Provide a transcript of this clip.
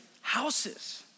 houses